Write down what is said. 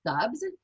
subs